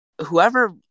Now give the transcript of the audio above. Whoever